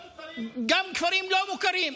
גם מוכרים, גם כפרים לא מוכרים.